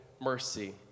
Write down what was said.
mercy